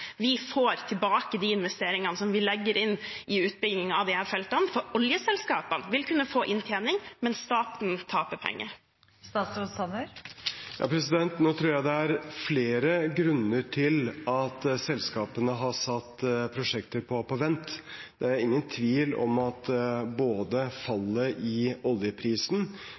vi får tilbake de investeringene som vi legger inn i utbyggingen av disse feltene? Oljeselskapene vil jo kunne få inntjening, men staten taper penger. Nå tror jeg det er flere grunner til at selskapene har satt prosjekter på vent. Det er ingen tvil om at både fallet i oljeprisen,